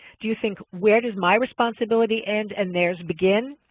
do you think, where does my responsibility end and theirs begin?